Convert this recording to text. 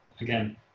again